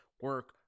Work